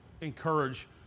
encourage